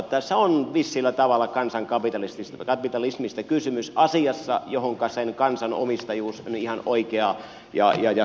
tässä on vissillä tavalla kansankapitalismista kysymys asiassa johonka sen kansan omistajuus on ihan oikea ja hyvä kohdentua